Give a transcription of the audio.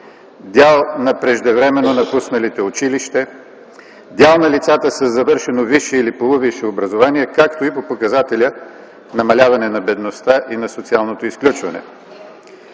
„Дял на преждевременно напусналите училище”, „Дял на лицата със завършено висше или полувисше образование”, както и по показателя „Намаляване на бедността и на социалното изключване”.